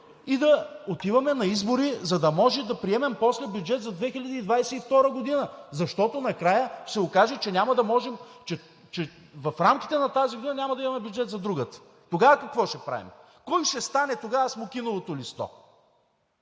и да отиваме на избори, за да можем да приемем после бюджет за 2022 г., защото накрая ще се окаже, че няма да можем, че в рамките на тази година няма да имаме бюджет за другата. Тогава какво ще правим? Кой ще стане тогава смокиновото листо?